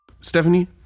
Stephanie